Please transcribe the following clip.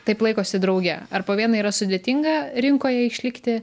taip laikosi drauge ar po vieną yra sudėtinga rinkoje išlikti